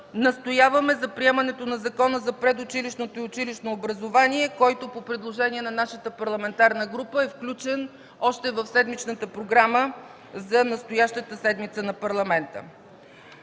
настояваме за приемането на Закона за предучилищното и училищното образование, който по предложение на нашата парламентарна група е включен в седмичната програма за настоящата седмица на Парламента.